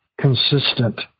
consistent